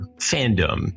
fandom